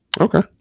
Okay